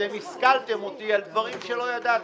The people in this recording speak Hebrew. אתם השכלתם אותי על דברים שלא ידעתי.